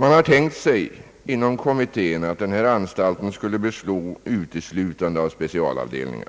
Man har inom kommittén tänkt sig att denna anstalt skulle bestå uteslutande av specialavdelningar.